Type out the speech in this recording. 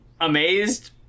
amazed